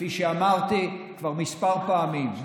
כפי שאמרתי כבר כמה פעמים,